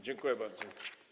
Dziękuję bardzo.